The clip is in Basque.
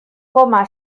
koma